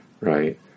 right